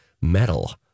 metal